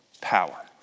power